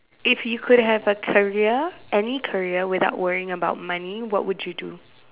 if you could have a career any career without worrying about money what would you do